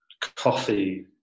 coffee